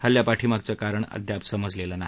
हल्ल्यापाठीमागच कारण अद्याप समजलेलं नाही